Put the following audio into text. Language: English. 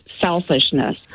selfishness